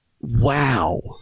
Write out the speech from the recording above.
Wow